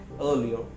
earlier